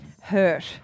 hurt